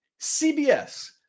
CBS